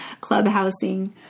clubhousing